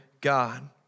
God